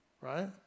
right